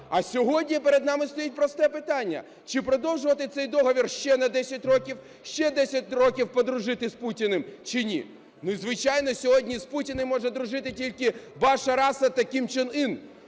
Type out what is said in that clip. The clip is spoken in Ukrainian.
А сьогодні перед нами стоїть просте питання, чи продовжувати цей договір ще на 10 років, ще 10 років подружити з Путіним чи ні? Ну, звичайно, сьогодні з Путіним може дружити тільки Башар Асад та Кім Чен Ин.